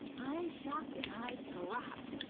i shopped and i dropped!